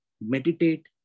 Meditate